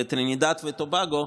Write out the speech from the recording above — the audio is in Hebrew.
טרינידד וטובגו,